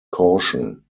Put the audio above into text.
caution